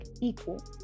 equal